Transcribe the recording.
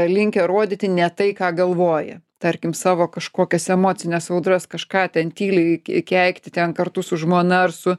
linkę rodyti ne tai ką galvoja tarkim savo kažkokias emocines audras kažką ten tyliai keikti ten kartu su žmona ar su